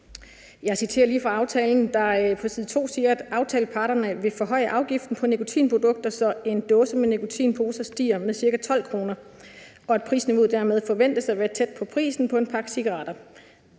Jeg citerer lige fra aftalen, hvor der på side 2 står: »Aftalepartierne vil forhøje afgiften på nikotinprodukter, så en dåse med nikotinposer stiger med ca. 12 kr. og prisniveauet dermed forventes at være tæt på prisen på en pakke cigaretter.«